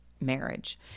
marriage